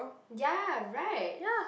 ya right